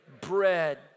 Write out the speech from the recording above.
bread